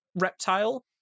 Reptile